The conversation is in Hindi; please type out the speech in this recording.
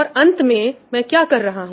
और अंत में मैं क्या कर रहा हूं